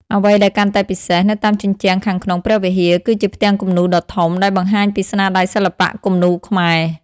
អ្វីដែលកាន់តែពិសេស នៅតាមជញ្ជាំងខាងក្នុងព្រះវិហារ គឺជាផ្ទាំងគំនូរដ៏ធំ ដែលបង្ហាញពីស្នាដៃសិល្បៈគំនូរខ្មែរ។